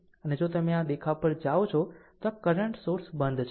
આમ જો તમે આ દેખાવ પર આવો છો તો આ કરંટ સોર્સ બંધ છે